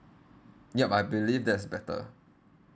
yup I believe that's better